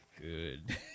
Good